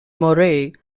moray